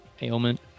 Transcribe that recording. ailment